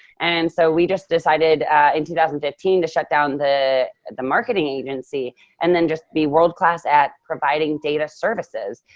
and so we just decided in two thousand and fifteen to shut down the the marketing agency and then just be world-class at providing data services.